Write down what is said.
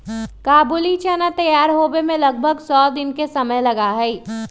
काबुली चना तैयार होवे में लगभग सौ दिन के समय लगा हई